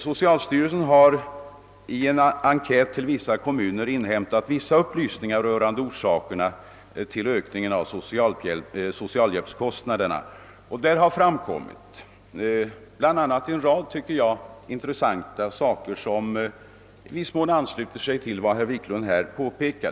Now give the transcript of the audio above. Socialstyrelsen har i en enkät i vissa kommuner inhämtat en del upplysningar rörande orsakerna till ökningen av socialhjälpskostnaderna, och härvid har bl.a. framkommit en rad enligt min mening intressanta saker, som i viss mån överensstämmer med vad herr Wiklund påpekade.